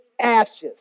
ashes